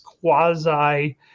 quasi